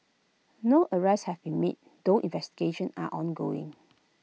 no arrests have been made though investigations are ongoing